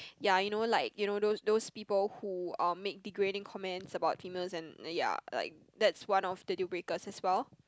ya you know like you know those those people who um make degrading comment about female and ya like that's one of the deal breakers as well